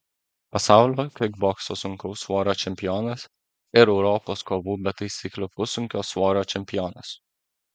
pasaulio kikbokso sunkaus svorio čempionas ir europos kovų be taisyklių pussunkio svorio čempionas